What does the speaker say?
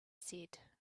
said